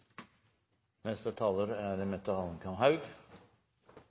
Neste taler er